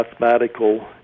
mathematical